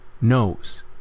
knows